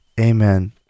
Amen